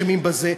אשמים בזה,